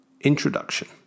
Introduction